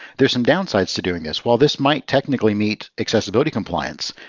there's some downsides to doing this. while this might technically meet accessibility compliance,